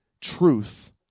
truth